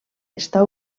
estar